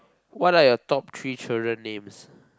what are your top three children names